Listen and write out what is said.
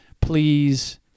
Please